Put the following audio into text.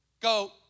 go